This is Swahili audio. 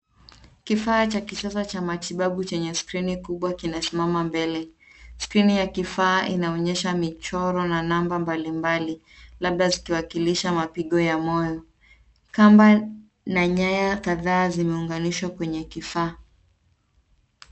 Kifaa cha kisasa cha matibabu chenye skirini kubwa kinasimama mbele, skirini ya kifaa kina onyesha mchoro na namba mbalimbali labda zikiwakilisha mapigo ya moyo. Kamba na nyaya kadhaa zimeunganishwa kwenye kifaa.